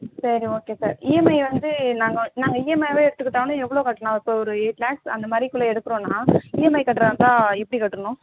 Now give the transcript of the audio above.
சரி okay sir EMI வந்து நாங்கள் வந் நாங்கள் இஎம்ஐயாவே எடுத்துக்கிட்டாலும் எவ்வளோ கட்டலாம் சார் ஒரு எயிட் லேக்ஸ் அந்தமாதிரி குள்ள எடுக்குறோம்னா இஎம்ஐ கட்டுறதாக இருந்தால் எப்படி கட்டனும்